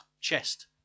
chest